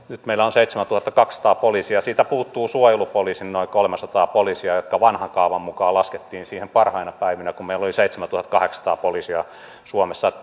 nyt meillä on seitsemäntuhattakaksisataa poliisia niin siitä puuttuu suojelupoliisin noin kolmesataa poliisia jotka vanhan kaavan mukaan laskettiin siihen parhaina päivinä kun meillä oli seitsemäntuhattakahdeksansataa poliisia suomessa